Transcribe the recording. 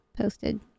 posted